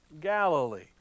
Galilee